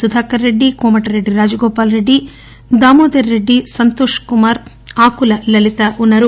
సుధాకర్రెడ్డి కోమటిరెడ్డి రాజగోపాల్రెడ్డి దామోదర్రెడ్డి సంతోష్ కుమార్ ఆకుల లలిత ఉన్నారు